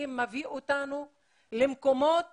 המאיים